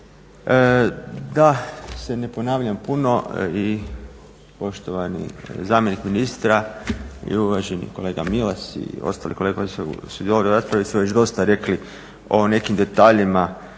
Da se ne ponavljam puno i poštovani zamjenik ministra i uvaženi kolega Milas i ostali kolege koji su sudjelovali u raspravi su već dosta rekli o nekim detaljima